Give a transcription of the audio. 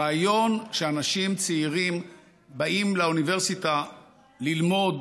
הרעיון שאנשים צעירים באים לאוניברסיטה ללמוד